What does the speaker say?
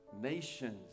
nations